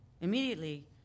Immediately